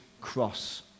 cross